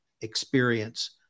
experience